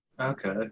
okay